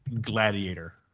Gladiator